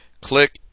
Click